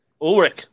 Ulrich